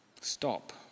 stop